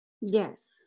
Yes